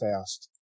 fast